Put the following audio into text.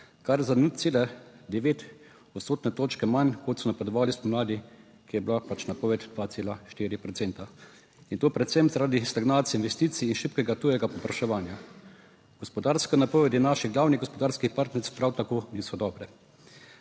kar za 0,9 odstotne točke manj, kot so napovedovali spomladi, ko je bila pač napoved 2,4 procenta, in to predvsem zaradi stagnacije investicij in šibkega tujega povpraševanja. Gospodarske napovedi naših glavnih gospodarskih partneric prav tako niso dobre.